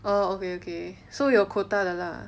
orh okay okay so 有 quota 的 lah